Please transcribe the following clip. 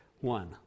one